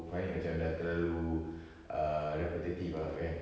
find it macam dah terlalu err repetitive ah kan